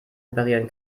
reparieren